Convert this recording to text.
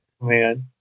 man